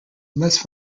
less